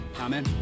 Amen